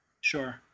Sure